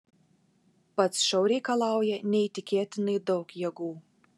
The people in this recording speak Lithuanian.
pats šou reikalauja neįtikėtinai daug jėgų